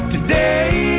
Today